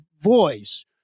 voice